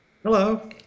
Hello